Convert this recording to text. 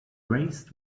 raised